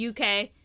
UK